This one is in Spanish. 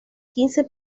quince